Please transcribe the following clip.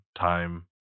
time